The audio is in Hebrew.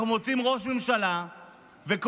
אנחנו מוצאים ראש ממשלה וקואליציה